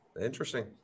Interesting